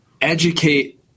educate